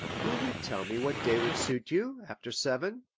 will you tell me what day would suit you, after seven?